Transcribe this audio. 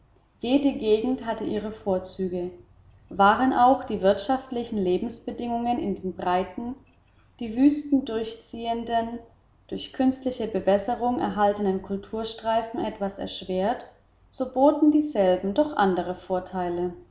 jede gegend hatte ihre vorzüge waren auch die wirtschaftlichen lebensbedingungen in den breiten die wüsten durchziehenden durch künstliche bewässerung erhaltenen kulturstreifen etwas erschwert so boten dieselben doch andere vorteile